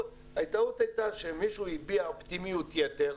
הטעות הייתה שמישהו הביע אופטימיות ייתר,